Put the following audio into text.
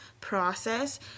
process